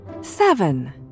seven